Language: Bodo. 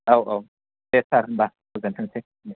औ औ दे सार होम्बा गोजोन्थोंसै दे